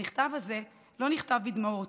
המכתב הזה לא נכתב בדמעות.